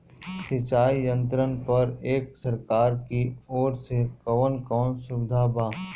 सिंचाई यंत्रन पर एक सरकार की ओर से कवन कवन सुविधा बा?